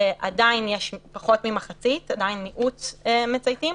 עדיין יש פחות ממחצית, עדיין מיעוט מצייתים.